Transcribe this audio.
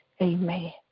amen